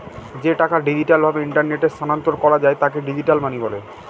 যে টাকা ডিজিটাল ভাবে ইন্টারনেটে স্থানান্তর করা যায় তাকে ডিজিটাল মানি বলে